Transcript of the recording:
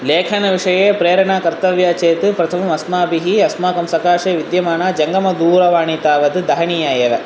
लेखनविषये प्रेरणा कर्तव्या चेत् प्रथमम् अस्माभिः अस्माकं सकाशे विद्यमाना जङ्गमदूरवाणीं तावत् दहनीया एव